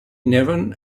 nevin